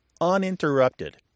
uninterrupted